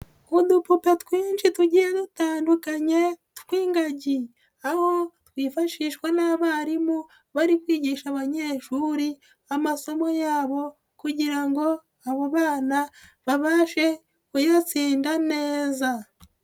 Udupupa twinshi tugiye dutandukanye tw'ingagi. Aho twifashishwa n'abarimu, bari kwigisha abanyeshuri amasomo yabo kugira ngo abo bana babashe kuyatsinda neza.